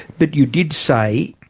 but you did say,